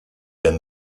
been